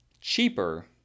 cheaper